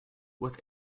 with